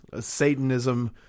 Satanism